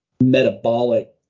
metabolic